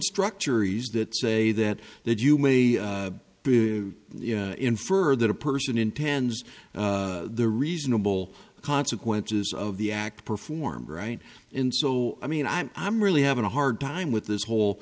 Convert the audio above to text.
structure is that say that that you may infer that a person intends the reasonable consequences of the act performed right in so i mean i'm i'm really having a hard time with this whole